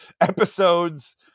episodes